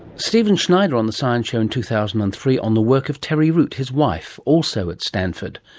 stephen schneider on the science show in two thousand and three on the work of terry root, his wife, also at stanford.